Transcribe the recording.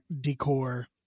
decor